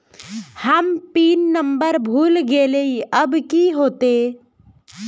हम pin number भूल गलिऐ अब की होते?